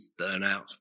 burnout